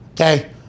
Okay